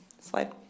Slide